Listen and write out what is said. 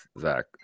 zach